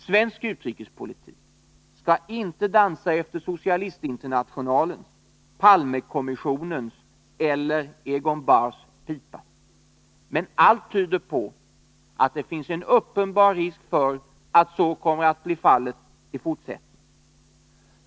Svensk utrikespolitik skall inte dansa efter socialistinternationalens, Palmekommissionens eller Egon Bahrs pipa. Men allt tyder på att det finns en uppenbar risk för att så kommer att bli fallet i fortsättningen.